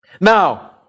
Now